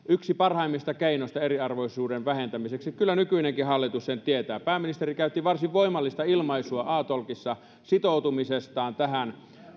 yksi parhaimmista keinoista eriarvoisuuden vähentämiseksi kyllä nykyinenkin hallitus sen tietää pääministeri käytti varsin voimallista ilmaisua a talkissa sitoutumisestaan tähän